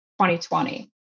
2020